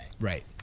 Right